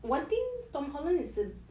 one thing tom holland is